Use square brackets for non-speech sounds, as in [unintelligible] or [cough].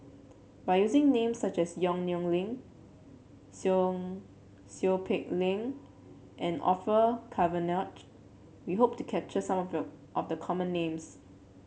by using names such as Yong Nyuk Lin Seow Seow Peck Leng and Orfeur Cavenagh we hope to capture some [unintelligible] of the common names